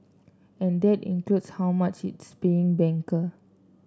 and that includes how much it's paying banker